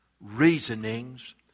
reasonings